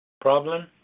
Problem